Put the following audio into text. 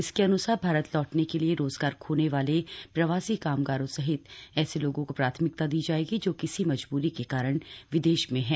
इसके अन्सार भारत लौटने के लिए रोजगार खोने वाले प्रवासी कामगारों सहित ऐसे लोगों को प्राथमिकता दी जायेगी जो किसी मजूबरी के कारण विदेश में हैं